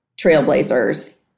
trailblazers